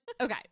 Okay